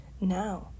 now